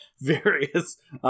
various